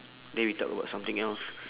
then we talk about something else